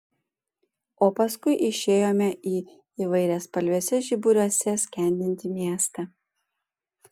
o paskui išėjome į įvairiaspalviuose žiburiuose skendintį miestą